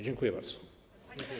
Dziękuję bardzo.